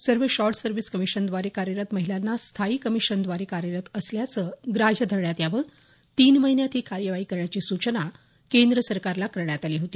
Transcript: सर्व short service कमिशनद्वारे कार्यरत महिलांना स्थायी कमिशनद्वारे कार्यरत असल्याचं ग्राह्य धरण्यात यावं तीन महिन्यात ही कार्यवाही करण्याची सूचना केंद्र सरकारला करण्यात आली होती